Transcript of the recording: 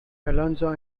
alonzo